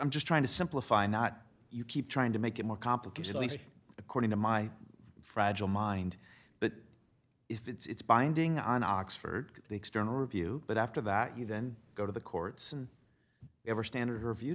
trying to simplify not you keep trying to make it more complicated at least according to my fragile mind but if it's binding on oxford the external review but after that you then go to the courts and ever standard review